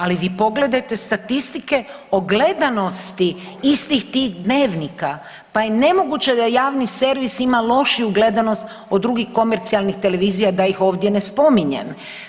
Ali vi pogledajte statistike o gledanosti istih tih dnevnika, pa je nemoguće da javni servis ima lošiju gledanost od drugih komercijalnih televizija da ih ovdje ne spominjem.